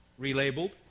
relabeled